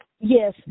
yes